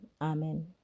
Amen